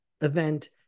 event